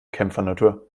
kämpfernatur